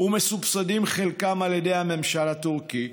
מסובסדים חלקם על ידי הממשל הטורקי,